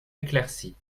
éclairci